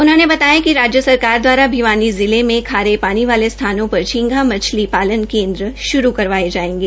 उन्होंने यह भी बताया कि राज्य सरकार दवारा भिवानी जिला में खारे पानी वाले स्थानों पर झींगा मच्छली पालन केंद्र शुरू करवाए जाएंगे